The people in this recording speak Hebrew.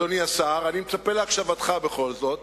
אדוני השר, אני מצפה להקשבתך בכל זאת.